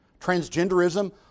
Transgenderism